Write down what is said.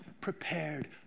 prepared